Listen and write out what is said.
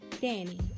Danny